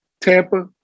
Tampa